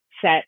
set